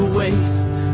waste